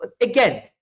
Again